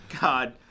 God